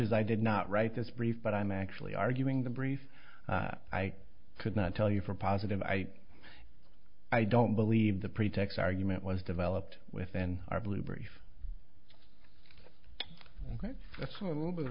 as i did not write this brief but i'm actually arguing the brief i could not tell you for a positive i i don't believe the pretext argument was developed within our blue brief right that's a little bit of